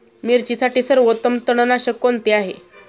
मिरचीसाठी सर्वोत्तम तणनाशक कोणते आहे?